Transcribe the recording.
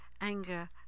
anger